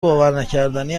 باورنکردنی